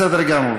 בסדר גמור.